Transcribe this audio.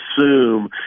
assume